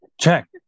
check